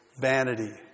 vanity